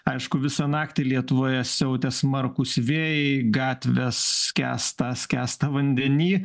aišku visą naktį lietuvoje siautė smarkūs vėjai gatvės skęsta skęsta vandeny